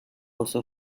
uso